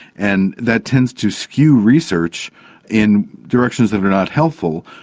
and that tends to skew research in directions that are not helpful.